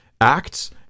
acts